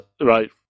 right